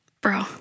Bro